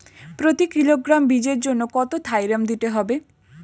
প্রতি কিলোগ্রাম বীজের জন্য কত থাইরাম দিতে হবে?